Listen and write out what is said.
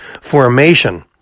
formation